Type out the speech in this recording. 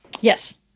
Yes